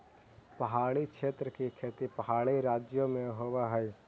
पहाड़ी क्षेत्र की खेती पहाड़ी राज्यों में होवअ हई